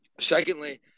secondly